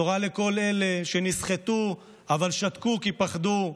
בשורה לכל אלה שנסחטו אבל שתקו כי פחדו,